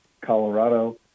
Colorado